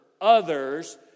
others